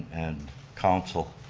and council,